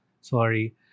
Sorry